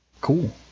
Cool